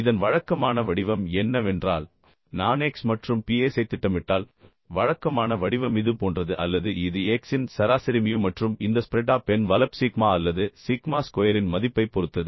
இதன் வழக்கமான வடிவம் என்னவென்றால் நான் X மற்றும் PX ஐத் திட்டமிட்டால் வழக்கமான வடிவம் இது போன்றது அல்லது இது X இன் சராசரி மியூ மற்றும் இந்த ஸ்ப்ரெட் ஆப் என்வலப் சிக்மா அல்லது சிக்மா ஸ்கொயரின் மதிப்பைப் பொறுத்தது